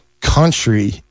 country